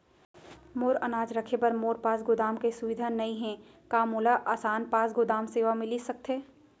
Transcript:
मोर अनाज रखे बर मोर पास गोदाम के सुविधा नई हे का मोला आसान पास गोदाम सेवा मिलिस सकथे?